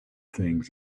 things